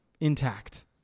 intact